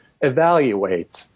evaluate